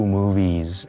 movies